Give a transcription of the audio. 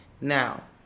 Now